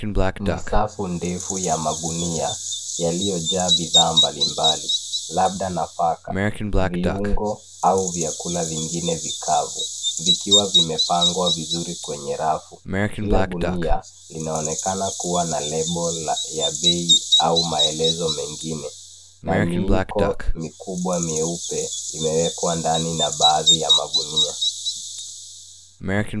Ni safu ndefu ya magunia, yaliyojaa bidhaa mbalimbali, labda nafaka, viungo au vyakula vingine vikavu, vikiwa vimepangwa vizuri kwenye rafu. Kila gunia linaonekana kuwa na lebo ya bei au maelezo mengine, na miiko mikubwa mieupe imewekwa ndani na baadhi ya magunia.